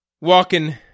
walking